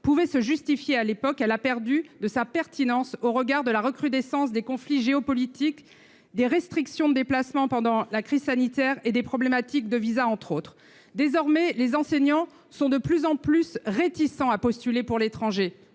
pouvait se justifier à l’époque, elle a perdu de sa pertinence au regard de la recrudescence des conflits géopolitiques, des restrictions de déplacement qui ont prévalu pendant la crise sanitaire et des problématiques liées aux visas, entre autres. Désormais, les enseignants sont de plus en plus réticents à postuler pour l’étranger.